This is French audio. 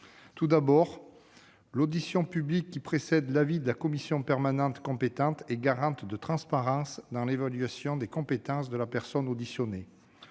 Tout d'abord, l'audition publique qui précède l'avis de la commission permanente compétente est une garantie de transparence dans l'évaluation des compétences de la personne auditionnée.